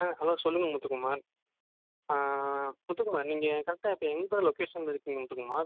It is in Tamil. ஆ ஹலோ சொல்லுங்கள் முத்துக்குமார் முத்துக்குமார் நீங்கள் கரெக்டாக இப்போ எந்த லொக்கேஷனில் இருக்கீங்க முத்துக்குமார்